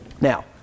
Now